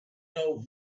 know